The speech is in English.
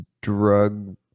drug